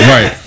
Right